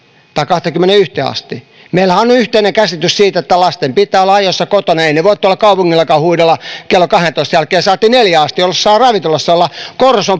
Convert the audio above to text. tai kahteenkymmeneenyhteen asti meillähän on yhteinen käsitys siitä että lasten pitää olla ajoissa kotona eivät he voi tuolla kaupungillakaan huidella kello kahdentoista jälkeen saati neljään asti olla jossain ravintolassa olla korsossa